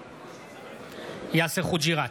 בעד יאסר חוג'יראת,